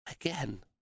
Again